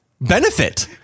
benefit